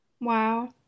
Wow